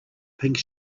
pink